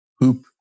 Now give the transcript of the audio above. poop